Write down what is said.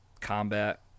combat